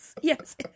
Yes